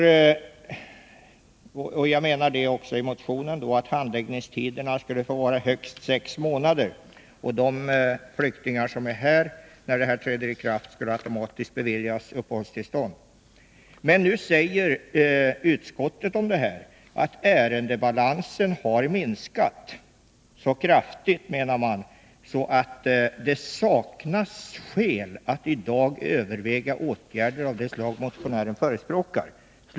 Jag föreslår i motionen att handläggningstiderna skall vara högst sex månader. När ett beslut om en sexmånadersgräns träder i kraft, skall de som befinner sig här automatiskt beviljas uppehållstillstånd, om de väntat på ett sådant mer än sex månader. Utskottet säger i samband med detta att ärendebalansen har minskat. Minskningen är så kraftig, menar man, att det saknas skäl att i dag överväga åtgärder av det slag som förespråkas i motionen.